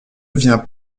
vient